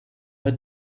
her